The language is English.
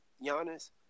Giannis